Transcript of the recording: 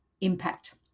impact